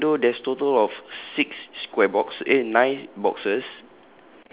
okay the window there's total of six square box eh nine boxes